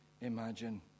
imagine